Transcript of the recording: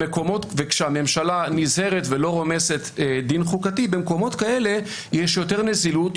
וכשהממשלה נזהרת ולא רומסת דין חוקתי במקומות כאלה יש יותר נזילות,